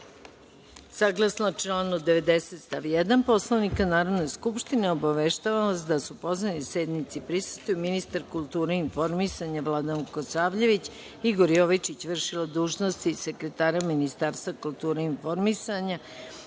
redu. Saglasno članu 90. stav 1. Poslovnika Narodne skupštine, obaveštavam vas da su pozvani da sednici prisustvuju: ministar kulture i informisanja Vladan Vukosavljević, Igor Jovičić, vršilac dužnosti sekretara Ministarstva kulture i informisanja,